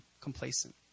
complacent